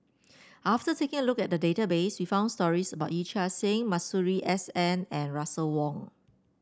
after taking a look at the database we found stories about Yee Chia Hsing Masuri S N and Russel Wong